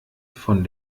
von